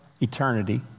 eternity